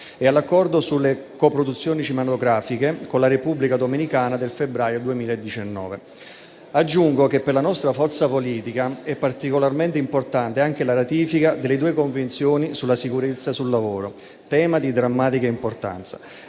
e all'Accordo sulle coproduzioni cinematografiche con la Repubblica dominicana del febbraio 2019. Aggiungo che per la nostra forza politica è particolarmente importante anche la ratifica delle due convenzioni sulla sicurezza sul lavoro, tema di drammatica importanza,